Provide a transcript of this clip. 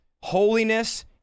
holiness